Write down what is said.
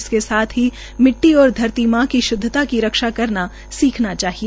इसके साथ ही मिट्टी और धरती मां की श्दवता की रक्षा करना सीखना चाहिए